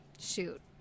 shoot